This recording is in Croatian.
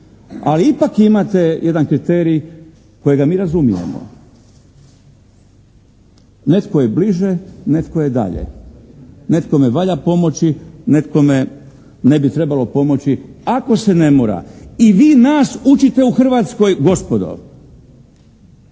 a ipak imate jedan kriterij kojega mi razumijemo. Netko je bliže, netko je dalje, netkome valja pomoći, netkome ne bi trebalo pomoći ako se ne mora. I vi nas učite u Hrvatskoj gospodo,